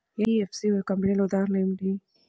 NBFC కంపెనీల ఉదాహరణ ఏమిటి?